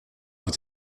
vous